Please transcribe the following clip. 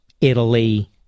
Italy